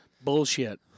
Bullshit